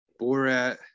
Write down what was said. Borat